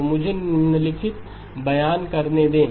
तो मुझे निम्नलिखित बयान करने दो